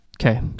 Okay